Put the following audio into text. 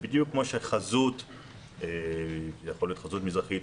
בדיוק כמו שחזות שיכולה להיות מזרחית,